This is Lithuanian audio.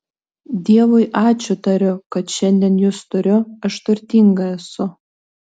dievui ačiū tariu kad šiandien jus turiu aš turtinga esu